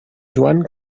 joan